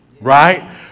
Right